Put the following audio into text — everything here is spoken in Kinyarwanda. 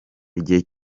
igihe